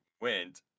went